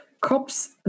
cops